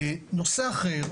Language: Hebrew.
נושא אחר,